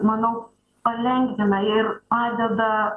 manau palengvina ir padeda